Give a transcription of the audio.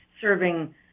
serving